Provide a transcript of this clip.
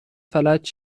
فلج